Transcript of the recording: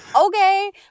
okay